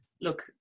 Look